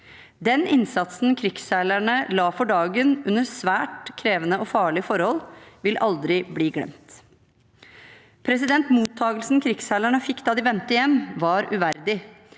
Den innsatsen krigsseilerne la for dagen under svært krevende og farlige forhold, vil aldri bli glemt. Mottakelsen krigsseilerne fikk da de vendte hjem, var uverdig.